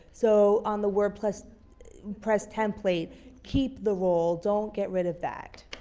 so on the wordpress wordpress template keep the role, don't get rid of that.